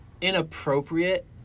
inappropriate